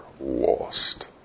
lost